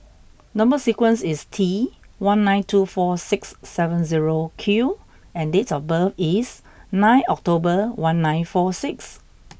number sequence is T one nine two four six seven zero Q and date of birth is nine October one nine four six